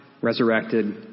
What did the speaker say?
resurrected